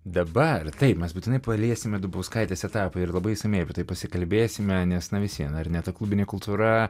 dabar taip mes būtinai paliesime dubauskaitės etapą ir labai išsamiai apie tai pasikalbėsime nes na visiems ar ne ta klubinė kultūra